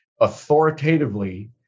authoritatively